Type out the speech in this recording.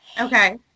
Okay